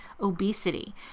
obesity